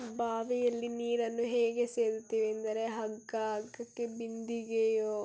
ಬಾವಿಯಲ್ಲಿ ನೀರನ್ನು ಹೇಗೆ ಸೇದುತ್ತೀವೆಂದರೆ ಹಗ್ಗ ಹಗ್ಗಕ್ಕೆ ಬಿಂದಿಗೆಯೋ